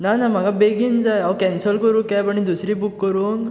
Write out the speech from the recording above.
ना ना म्हाका बेगीन जाय हांव कॅन्सल करूं कॅब आनी दुसरी बूक करुन